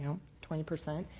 you know twenty percent,